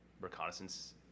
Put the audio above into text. reconnaissance